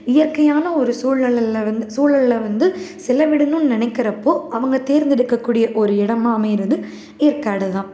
இயற்கையான ஒரு சூழல்லேருந்து சூழலில் வந்து செலவிடனுன்னு நினைக்கிறப்போ அவங்க தேர்ந்தெடுக்ககூடிய ஒரு இடமாக அமைகிறது ஏற்காடு தான்